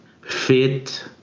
fit